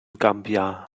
gambia